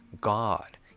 God